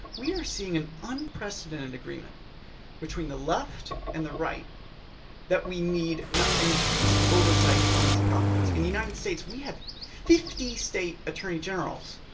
we are seeing an unprecedented agreement between the left and the right that we need increased oversight on these problems. in the united states we have fifty state attorney generals